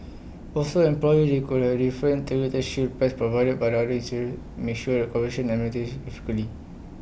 also employees could already different shield plans provided by other difficultly